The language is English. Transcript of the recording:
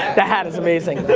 the hat is amazing.